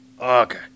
Okay